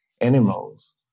animals